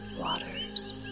waters